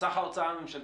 סך ההוצאה הממשלתית.